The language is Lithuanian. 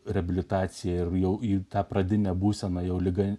reabilitacija ir jau į tą pradinę būseną jau liga